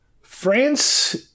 France